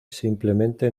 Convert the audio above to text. simplemente